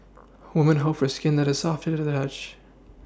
woman hope for skin that is soft to the touch